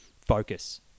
focus